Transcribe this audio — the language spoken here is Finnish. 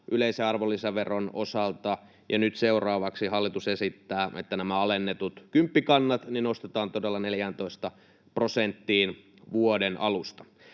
yleisen arvonlisäveron osalta. Nyt seuraavaksi hallitus esittää, että nämä alennetut kymppikannat nostetaan todella 14 prosenttiin vuoden alusta.